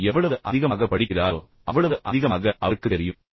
ஒருவர் எவ்வளவு அதிகமாகப் படிக்கிறாரோ அவ்வளவு அதிகமாக அவருக்குத் தெரியும்